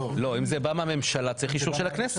לא, אם זה בא מהממשלה צריך אישור של הכנסת.